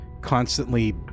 constantly